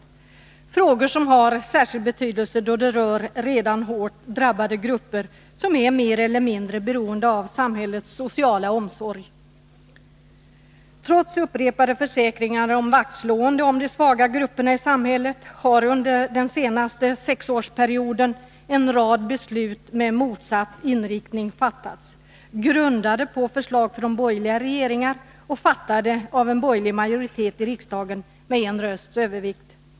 Det är frågor som har särskild betydelse, då de rör redan hårt drabbade grupper som är mer eller mindre beroende av samhällets sociala omsorg. Trots upprepade försäkringar om vaktslående om de svaga grupperna i samhället, har under den senaste sexårsperioden en rad beslut med motsatt inriktning fattats, grundade på förslag från borgerliga regeringar och fattade av en borgerlig majoritet i riksdagen med en rösts övervikt.